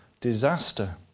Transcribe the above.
disaster